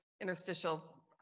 interstitial